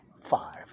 Five